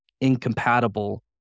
incompatible